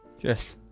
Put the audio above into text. Yes